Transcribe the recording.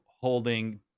holding